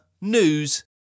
news